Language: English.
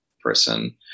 person